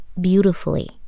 beautifully